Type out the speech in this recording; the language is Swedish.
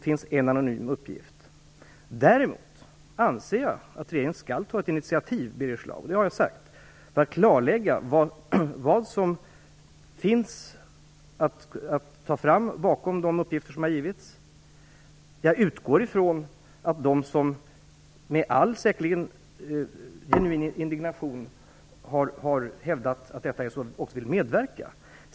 Däremot anser jag, Birger Schlaug, att regeringen skall ta initiativ - det har jag sagt - till att klarlägga vad som ligger bakom de uppgifter som har givits. Jag utgår från att de som med all genuin indignation har hävdat att det är så också vill medverka.